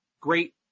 great